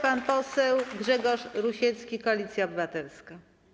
Pan poseł Grzegorz Rusiecki, Koalicja Obywatelska.